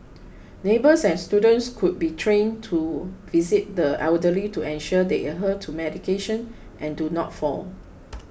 neighbours and students could be trained to visit the elderly to ensure they adhere to medication and do not fall